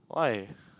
why